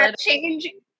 Changing